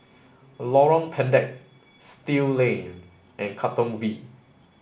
Lorong Pendek Still Lane and Katong V